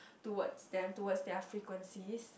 towards them towards their frequencies